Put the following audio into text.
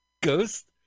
ghost